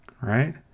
right